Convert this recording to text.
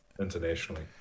internationally